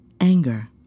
anger